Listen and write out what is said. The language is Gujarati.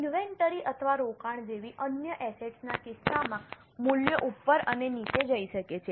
ઇન્વેન્ટરી અથવા રોકાણ જેવી અન્ય એસેટ્સ ના કિસ્સામાં મૂલ્યો ઉપર અને નીચે જઈ શકે છે